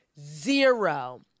zero